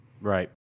Right